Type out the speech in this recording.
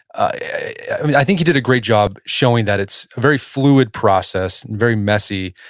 i think he did a great job showing that it's a very fluid process and very messy,